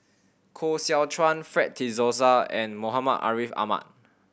Koh Seow Chuan Fred De Souza and Muhammad Ariff Ahmad